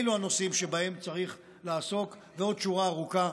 אלו הנושאים שבהם צריך לעסוק, ועוד שורה ארוכה,